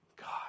God